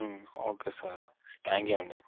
okay sir thank you అండీ